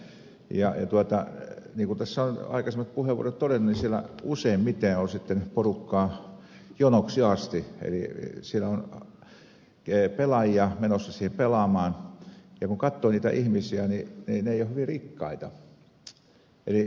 niin kuin tässä ovat aikaisemmat puheenvuorot todenneet siellä useimmiten on porukkaa jonoksi asti eli siinä on pelaajia menossa siihen pelaamaan ja kun katsoo niitä ihmisiä he eivät ole hyvin rikkaita